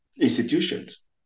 institutions